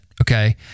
Okay